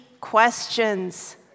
questions